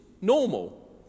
normal